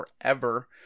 forever